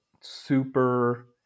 super